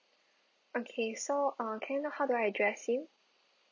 okay so uh can I know how do I address you